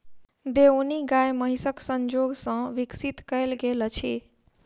देओनी गाय महीसक संजोग सॅ विकसित कयल गेल अछि